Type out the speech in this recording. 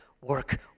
work